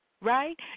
right